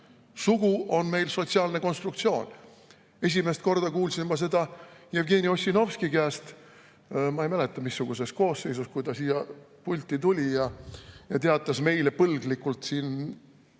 sugu on meil sotsiaalne konstruktsioon. Esimest korda kuulsin ma seda Jevgeni Ossinovski käest. Ma ei mäleta, missuguses koosseisus ta siia pulti tuli ja teatas meile põlglikult otsa